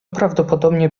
prawdopodobnie